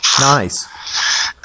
nice